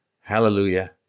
hallelujah